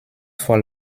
for